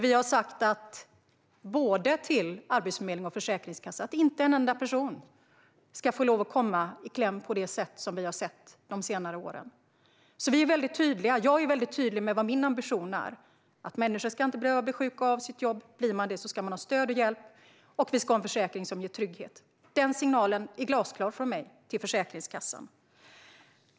Vi säger där till både Arbetsförmedlingen och Försäkringskassan att inte en enda person får komma i kläm på det sätt som vi har sett de senaste åren. Vi - och jag - är väldigt tydliga med vår ambition: Människor ska inte behöva bli sjuka av sitt jobb. Om man blir det ska man få stöd och hjälp, och vi ska ha en försäkring som ger trygghet. Denna signal är glasklar från mig till Försäkringskassan.